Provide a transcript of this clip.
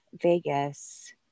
Vegas